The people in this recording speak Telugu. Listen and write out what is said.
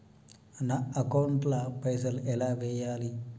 నా అకౌంట్ ల పైసల్ ఎలా వేయాలి?